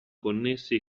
connessi